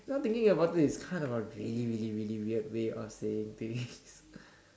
now thinking about it is kind of a really really really weird way of saying things